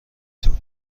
طور